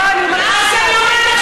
כי זה לא נכון, זה לא נכון.